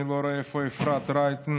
אני לא רואה איפה אפרת רייטן,